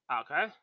Okay